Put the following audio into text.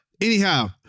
anyhow